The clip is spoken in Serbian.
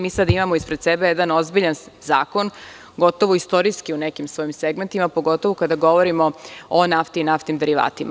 Mi sada imamo ispred sebe jedan ozbiljan zakon, gotovo istorijski u nekim svojim segmentima, pogotovu kada govorimo o nafti i naftnim derivatima.